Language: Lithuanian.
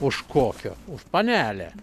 už kokio už panelę